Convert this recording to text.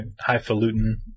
highfalutin